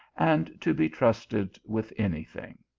and to be trusted with any thing.